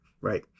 right